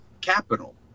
capital